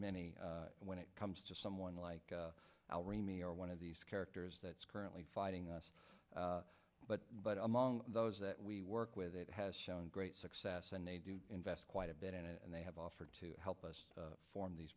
many when it comes to someone like our amy or one of these characters that's currently fighting us but but among those that we work with it has shown great success and they do invest quite a bit in it and they have offered to help us form these